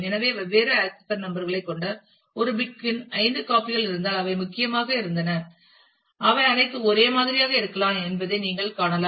எனவே வெவ்வேறு accession number களைக் கொண்ட ஒரு புக் இன் ஐந்து காபி கள் இருந்தால் அவை முக்கியமாக இருந்தன அவை அனைத்தும் ஒரே மாதிரியாக இருக்கலாம் என்பதை நீங்கள் காணலாம்